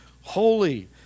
holy